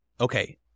okay